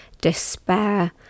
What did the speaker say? despair